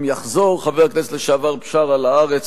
אם יחזור חבר הכנסת לשעבר בשארה לארץ